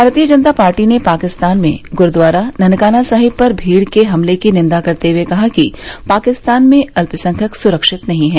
भारतीय जनता पार्टी ने पाकिस्तान में गुरुद्वारा ननकाना साहिब पर भीड़ के हमले की निंदा करते हुए कहा कि पाकिस्तान में अल्पसंख्यक सुरक्षित नहीं है